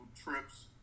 trips